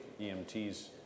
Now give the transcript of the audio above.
EMTs